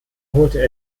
holte